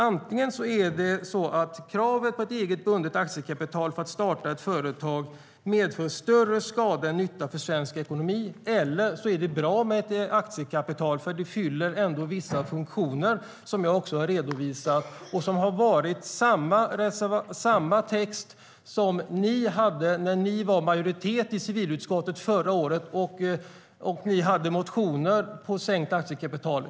Antingen är det så att kravet på bundet eget aktiekapital för att starta ett aktiebolag medför större skada än nytta för svensk ekonomi eller också är det bra med ett aktiekapital eftersom det fyller vissa funktioner, som jag också har redovisat. Det handlar om samma text som ni hade när ni var i majoritet i civilutskottet förra året och det fanns motioner om sänkt aktiekapital.